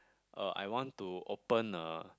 uh I want to open a